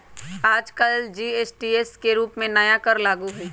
आजकल जी.एस.टी के रूप में नया कर लागू हई